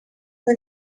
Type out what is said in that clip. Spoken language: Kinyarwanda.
kuba